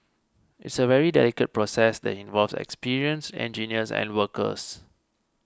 it's a very delicate process that involves experienced engineers and workers